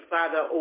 Father